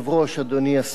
אדוני השר,